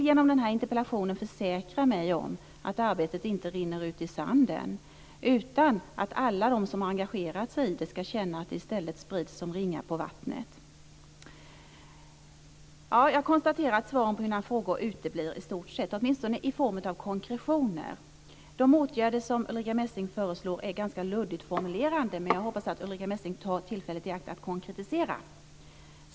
Genom min interpellation vill jag försäkra mig om att arbetet inte rinner ut i sanden utan att alla som engagerat sig i det ska känna att det i stället sprids som ringar på vattnet. Jag konstaterar att svaren på mina frågor i stort sett uteblir - åtminstone i form av konkretioner. De åtgärder som Ulrica Messing föreslår är ganska luddigt formulerade men jag hoppas att statsrådet tar tillfället i akt och konkretiserar det hela.